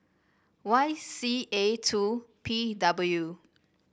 Y C A two P W